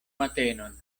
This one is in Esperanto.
matenon